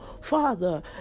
Father